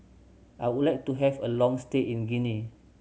I would like to have a long stay in Guinea